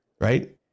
right